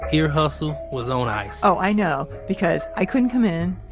ear hustle was on ice oh, i know because i couldn't come in.